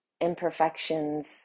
imperfections